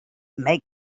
make